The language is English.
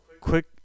Quick